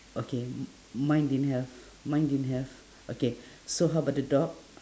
okay mine didn't have mine didn't have okay so how about the dog